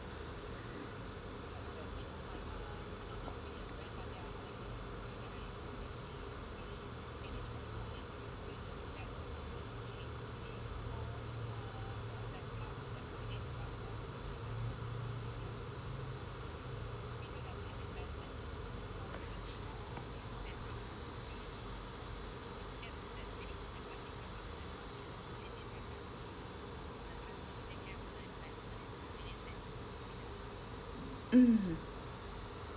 mm